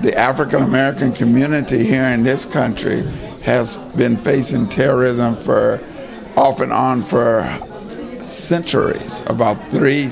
the african american community here in this country has been facing terrorism for off and on for centuries about three